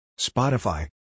Spotify